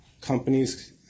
Companies